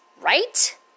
Right